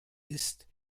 ist